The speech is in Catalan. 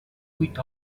vuit